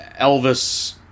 Elvis